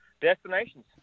destinations